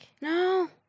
No